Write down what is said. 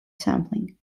sampling